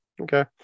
Okay